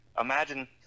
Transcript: imagine